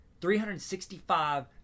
365